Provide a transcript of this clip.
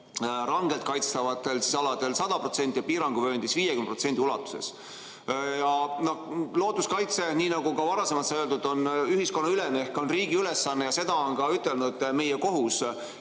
rangelt kaitstavatel aladel 100% ja piiranguvööndis 50% ulatuses. Looduskaitse, nii nagu ka varasemalt sai öeldud, on ühiskonnaülene ehk see on riigi ülesanne. Seda on ütelnud ka meie kohus